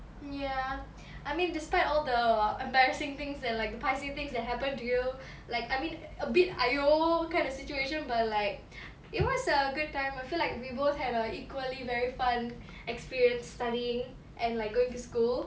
ya I mean despite all the embarrassing things and like the paiseh things that happen to you like I mean a bit !aiyo! kind of situation but like it was a good time I feel like we both had a equally very fun experience studying and like going to school